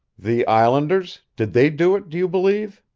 the islanders? did they do it, do you believe?